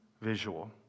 visual